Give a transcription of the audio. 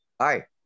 Hi